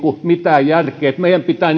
mitään järkeä meidän pitää